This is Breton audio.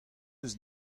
eus